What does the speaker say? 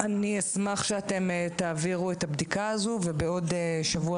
אני אשמח שאתם תעבירו את הבדיקה הזאת ושבעוד שבוע